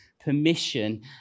permission